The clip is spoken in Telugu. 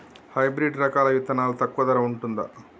హైబ్రిడ్ రకాల విత్తనాలు తక్కువ ధర ఉంటుందా?